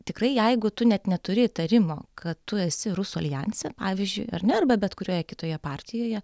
tikrai jeigu tu net neturi įtarimo kad tu esi rusų aljanse pavyzdžiui ar ne arba bet kurioje kitoje partijoje